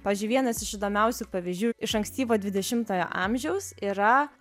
pavyzdžiui vienas iš įdomiausių pavyzdžių iš ankstyvo dvidešimojo amžiaus yra